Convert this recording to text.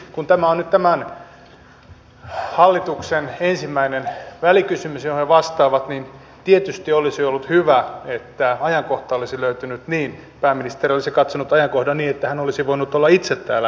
kun tämä on nyt tämän hallituksen ensimmäinen välikysymys johon se vastaa niin tietysti olisi ollut hyvä että pääministeri olisi katsonut ajankohdan niin että hän olisi voinut olla itse täällä vastaamassa